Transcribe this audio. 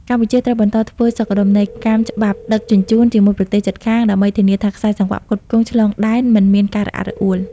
កម្ពុជាត្រូវបន្តធ្វើសុខដុមនីយកម្មច្បាប់ដឹកជញ្ជូនជាមួយប្រទេសជិតខាង ដើម្បីធានាថាខ្សែសង្វាក់ផ្គត់ផ្គង់ឆ្លងដែនមិនមានការរអាក់រអួល។